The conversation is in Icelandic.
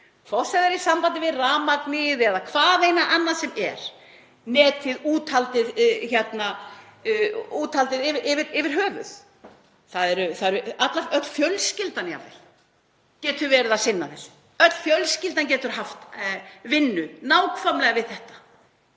sem það er í sambandi við rafmagnið eða hvaðeina annað sem er; netið, úthaldið yfir höfuð. Öll fjölskyldan jafnvel getur verið að sinna þessu, öll fjölskyldan getur haft vinnu nákvæmlega við þetta